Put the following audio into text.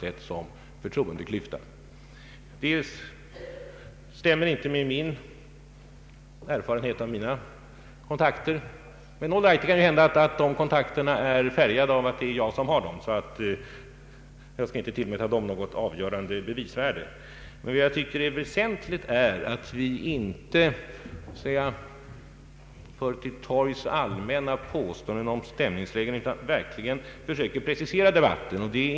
Detta tal stämmer inte med den erfarenhet jag har från mina kontakter; men, all right, det kan hända att mina kontakter är färgade av att det är jag som har dem, och jag skall därför inte tillmäta dem något avgörande bevisvärde. Det väsentliga är dock att vi inte för till torgs allmänna påståenden om stämningslägen utan verkligen försöker pre cisera debatten.